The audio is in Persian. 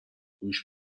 گوشت